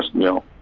know,